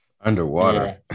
Underwater